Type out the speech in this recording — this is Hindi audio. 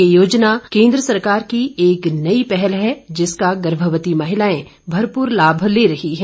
ये योजना केंद्र सरकार की एक नई पहल है जिसका गर्भवती महिलाएं भरपूर लाम ले रह हैं